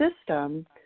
system